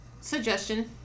suggestion